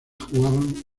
jugaban